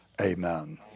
Amen